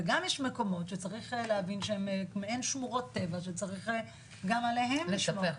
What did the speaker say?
וגם יש מקומות שצריך להבין שהן מעין שמורות טבע שצריך גם עליהן לחשוב.